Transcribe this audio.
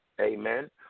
Amen